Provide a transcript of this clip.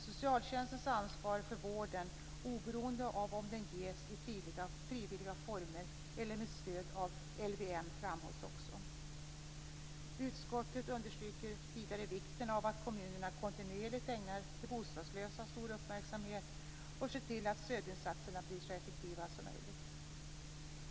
Socialtjänstens ansvar för vården, oberoende av om den ges i frivilliga former eller med stöd av LVM, framhålls också. Utskottet understryker vidare vikten av att kommunerna kontinuerligt ägnar de bostadslösa stor uppmärksamhet och ser till att stödinsatserna blir så effektiva som möjligt.